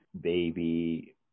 Baby